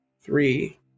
three